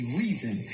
reason